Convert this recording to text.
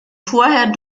vorher